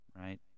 right